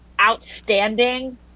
outstanding